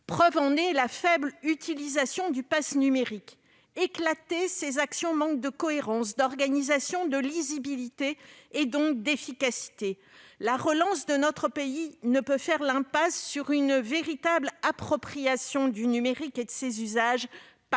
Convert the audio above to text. preuve en est la faible utilisation du pass numérique. Éclatées, ces actions manquent de cohérence, d'organisation, de lisibilité et donc d'efficacité. La relance de notre pays ne peut faire l'impasse sur une véritable appropriation du numérique et de ses usages